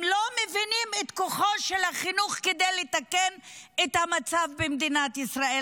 הם לא מבינים את כוחו של החינוך לתקן את המצב במדינת ישראל,